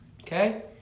Okay